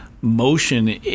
motion